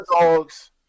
dogs